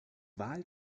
wahl